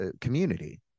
community